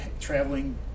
traveling